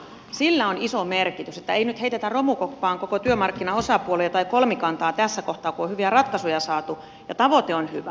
sillä on iso merkitys joten ei nyt heitetä romukoppaan koko työmarkkinaosapuolia tai kolmikantaa tässä kohtaa kun on hyviä ratkaisuja saatu ja tavoite on hyvä